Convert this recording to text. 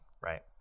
Right